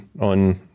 on